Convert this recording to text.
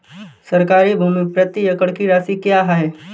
सरकारी भूमि प्रति एकड़ की राशि क्या है?